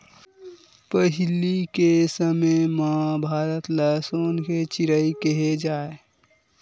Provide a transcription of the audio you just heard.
पहिली के समे म भारत ल सोन के चिरई केहे जाए